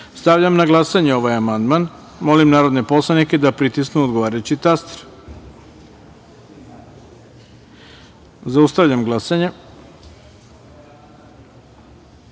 Karadžić. Stavljam na glasanje ovaj amandman. Molim narodne poslanike da pritisnu odgovarajući taster. Zaustavljam glasanje: